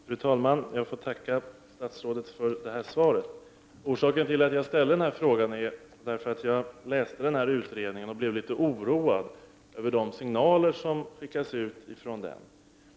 Fru talman! Jag får tacka statsrådet för svaret. Orsaken till att jag ställde den här frågan är att jag läste denna utredning och blev litet oroad över de signaler som skickas ut ifrån den.